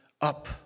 up